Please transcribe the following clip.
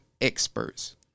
experts